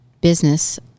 business